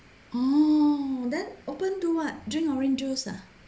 oh then open do what drink orange juice ah